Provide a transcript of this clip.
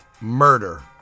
murder